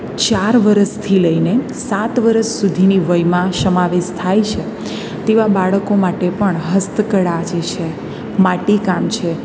ચાર વરસથી લઈને સાત વરસ સુધીની વયમાં સમાવેશ થાય છે તેવા બાળકો માટે પણ હસ્તકળા જે છે માટીકામ છે